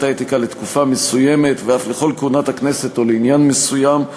האתיקה לתקופה מסוימת ואף לכל כהונת הכנסת או לעניין מסוים,